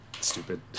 stupid